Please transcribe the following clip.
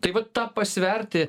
tai vat tą pasverti